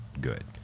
good